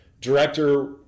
director